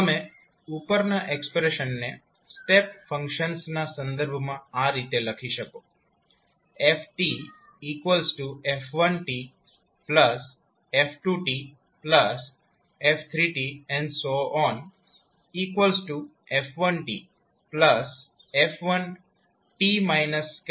તમે ઉપરના એક્સપ્રેશનને સ્ટેપ ફંક્શન્સ ના સંદર્ભમાં આ રીતે લખી શકોff1f2f3